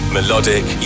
Melodic